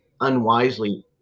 unwisely